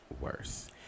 worse